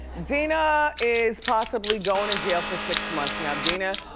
dina is possibly going to jail for six months, now dina.